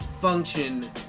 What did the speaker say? function